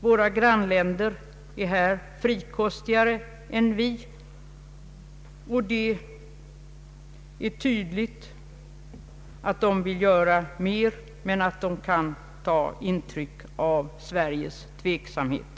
Våra grannländer är här frikostigare än vi, och det är tydligt att de vill göra mer men att de kan ta intryck av Sveriges tveksamhet.